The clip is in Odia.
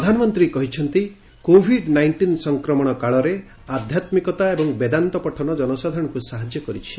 ପ୍ରଧାନମନ୍ତୀ ନରେନ୍ଦ୍ର ମୋଦି କହିଛନ୍ତି କୋଭିଡ ନାଇଷ୍ଟିନ ସଂକ୍ରମଣ କାଳରେ ଆଧ୍ୟାତ୍ମିକତା ଏବଂ ବେଦାନ୍ତ ପଠନ ଜନସାଧାରଣଙ୍କୁ ସାହାଯ୍ୟ କରିଛି